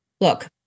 Look